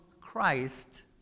Christ